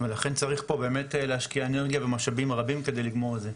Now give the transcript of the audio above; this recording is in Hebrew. ולכן באמת צריך פה להשקיע אנרגיה ומשאבים רבים כדי לגמור את זה.